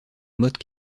motte